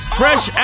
fresh